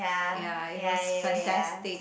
ya it was fantastic